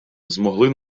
змогли